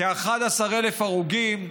כ-11,000 הרוגים,